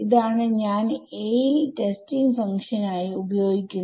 ഇതാണ് ഞാൻ a യിൽ ടെസ്റ്റിംഗ് ഫങ്ക്ഷൻ ആയി ഉപയോഗിക്കുന്നത്